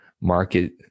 market